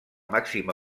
màxima